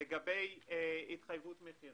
לגבי התחייבות מחיר,